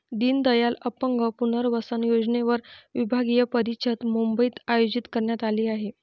दीनदयाल अपंग पुनर्वसन योजनेवर विभागीय परिषद मुंबईत आयोजित करण्यात आली आहे